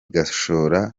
gashora